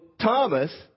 Thomas